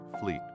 Fleet